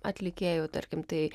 atlikėjų tarkim tai